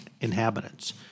inhabitants